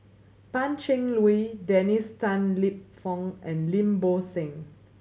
Pan Cheng Lui Dennis Tan Lip Fong and Lim Bo Seng